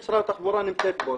מנכ"לית משרד התחבורה נמצאת פה.